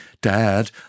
Dad